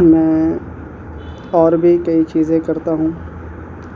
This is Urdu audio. میں اور بھی کئی چیزیں کرتا ہوں